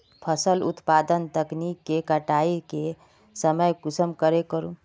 फसल उत्पादन तकनीक के कटाई के समय कुंसम करे करूम?